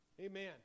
Amen